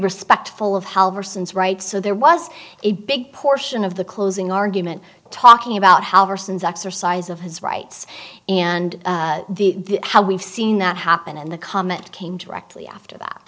respectful of how person's rights so there was a big portion of the closing argument talking about how persons exercise of his rights and the how we've seen that happen in the comment came directly after that